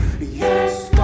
Yes